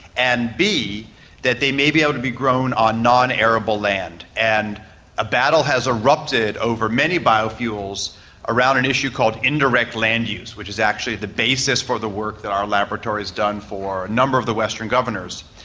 and that they may be able to be grown on non-arable land. and a battle has erupted over many biofuels around an issue called indirect land use, which is actually the basis for the work that our laboratory has done for a number of the western governors,